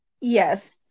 yes